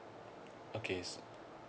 okay so